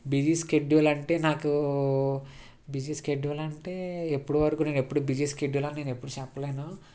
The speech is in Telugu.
బిజీ స్కెడ్యూల్ అంటే నాకు బిజీ స్కెడ్యూల్ అంటే ఎప్పుడు వరకు నేను ఎప్పుడు బిజీ స్కెడ్యూల్ నేను ఎప్పుడు చెప్పలేను